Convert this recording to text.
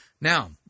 Now